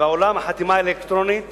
בעולם החתימה האלקטרונית